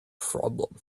problem